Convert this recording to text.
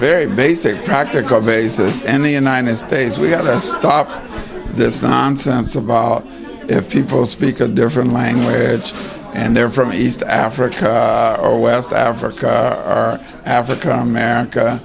very basic practical basis and the united states we've got to stop this nonsense about if people speak a different language and they're from east africa or west africa africa america